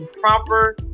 proper